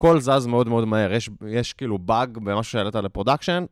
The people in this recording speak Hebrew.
הכל זז מאוד מאוד מהר, יש כאילו bug במה שהעלת לפרודקשן.